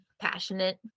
passionate